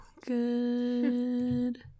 Good